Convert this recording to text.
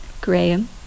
Graham